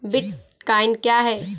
Bitcoin क्या है?